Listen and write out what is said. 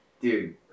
Dude